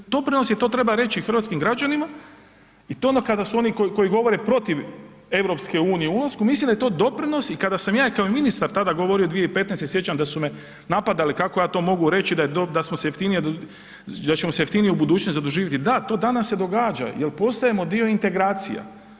To je doprinos i to treba reći hrvatskim građanima i to je ono kada su oni koji govore protiv EU o ulasku, mislim da je to doprinos i kada sam ja i kao ministar tada govorio 2015. se sjećam da su me napadali kako ja to mogu reći, da smo se jeftinije, da ćemo se jeftinije u budućnosti zaduživati, da, to danas se događa jer postajemo dio integracija.